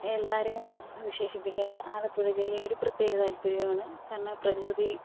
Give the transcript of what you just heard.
എല്ലാവരെയും വിശേഷിപ്പിക്കാറ് ആലപ്പുഴ ജില്ല ഒരു പ്രതേക താല്പര്യമാണ് കാരണം പ്രകൃതി